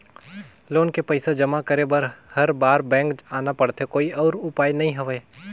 Loan के पईसा जमा करे बर हर बार बैंक आना पड़थे कोई अउ उपाय नइ हवय?